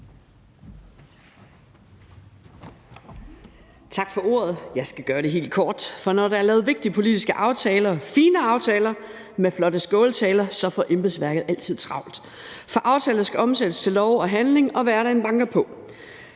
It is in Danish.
Tak for ordet. Jeg skal gøre det helt kort, for når der er lavet vigtige politiske aftaler, fine aftaler med flotte skåltaler, så får embedsværket altid travlt. For aftaler skal omsættes til lov og handling, og hverdagen banker på.